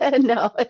no